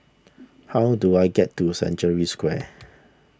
how do I get to Century Square